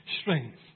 strength